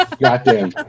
goddamn